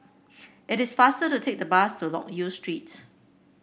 it is faster to take the bus to Loke Yew Street